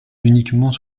uniquement